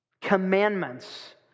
commandments